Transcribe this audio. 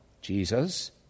Jesus